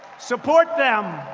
support them.